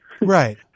Right